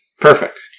Perfect